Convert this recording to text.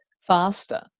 faster